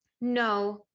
no